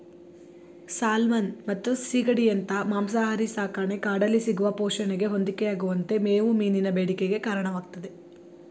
salmon ಮತ್ತು ಸೀಗಡಿಯಂತ ಮಾಂಸಾಹಾರಿ ಸಾಕಣೆ ಕಾಡಲ್ಲಿ ಸಿಗುವ ಪೋಷಣೆಗೆ ಹೊಂದಿಕೆಯಾಗುವಂತೆ ಮೇವು ಮೀನಿನ ಬೇಡಿಕೆಗೆ ಕಾರಣವಾಗ್ತದೆ